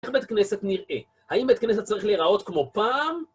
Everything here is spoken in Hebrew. איך בית כנסת נראה? האם בית כנסת צריך להיראות כמו פעם?